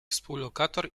współlokator